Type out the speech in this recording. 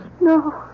No